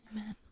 Amen